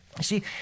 See